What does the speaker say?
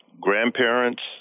grandparents